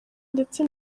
ndetse